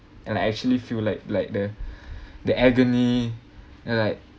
and I actually feel like like the the agony and like